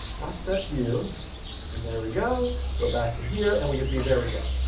not setview. and there we go. go back to here. and we can see, there we go.